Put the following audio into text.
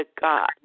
God